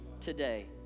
today